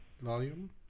Volume